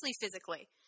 physically